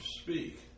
speak